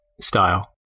style